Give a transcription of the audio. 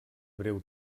breu